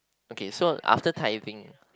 okay so after diving